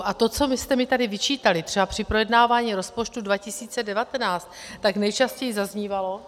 A to, co jste vy jste mi tady vyčítali třeba při projednávání rozpočtu 2019, tak nejčastěji zaznívalo...